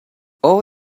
all